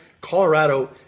Colorado